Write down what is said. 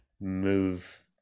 move